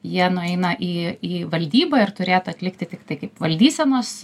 jie nueina į į valdybą ir turėtų atlikti tiktai kaip valdysenos